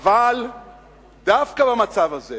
אבל דווקא במצב הזה